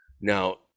Now